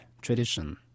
tradition